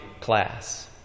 class